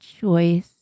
choice